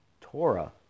Torah